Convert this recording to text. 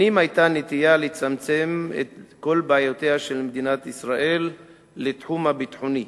שנים היתה נטייה לצמצם את כל בעיותיה של מדינת ישראל לתחום הביטחוני.